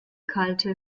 kalte